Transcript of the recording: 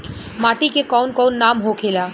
माटी के कौन कौन नाम होखेला?